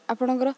ଆପଣଙ୍କର